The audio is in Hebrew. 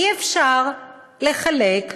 אי-אפשר לחלק ג'ובים.